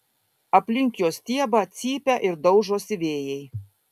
aplink jo stiebą cypia ir daužosi vėjai